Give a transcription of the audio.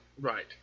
Right